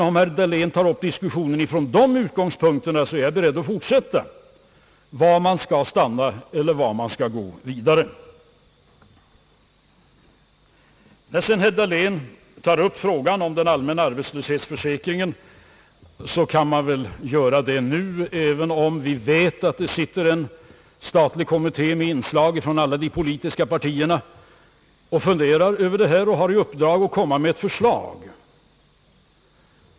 Om herr Dahlén tar upp diskussionen från de utgångspunkterna, är jag beredd att fortsätta, alltså från utgångspunkten var man skall stanna eller när man skall gå vidare. Herr Dahlén tog också upp frågan om den allmänna arbetslöshetsförsäkringen, och det kan man väl göra, även om vi vet att det sitter en statlig kommitté med inslag från alla politiska partierna och funderar över den saken och som har i uppdrag att komma med ett förslag.